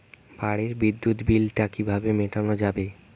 বাড়ির বিদ্যুৎ বিল টা কিভাবে মেটানো যাবে?